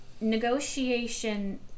Negotiation